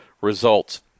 results